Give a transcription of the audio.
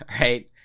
right